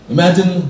Imagine